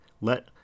Let